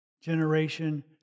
generation